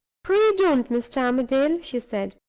pray don't, mr. armadale! she said,